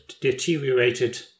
deteriorated